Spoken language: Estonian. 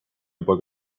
juba